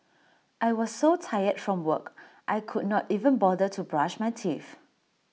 I was so tired from work I could not even bother to brush my teeth